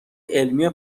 علمی